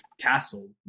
castle